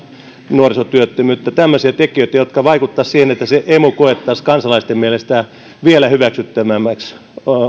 nuorisotyöttömyyttä tämmöisiä tekijöitä jotka vaikuttaisivat siihen että se emu koettaisiin kansalaisten mielestä vielä hyväksyttävämmäksi